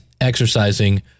exercising